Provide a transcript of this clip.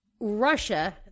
Russia